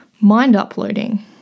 mind-uploading